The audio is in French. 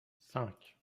cinq